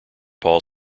paul